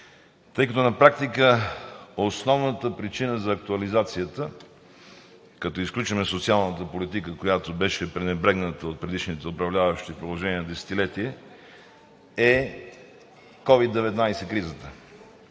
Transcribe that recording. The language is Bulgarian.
Тъй като на практика основната причина за актуализацията, като изключим социалната политика, която беше пренебрегната от предишните управляващи в продължение на десетилетие, е, кризата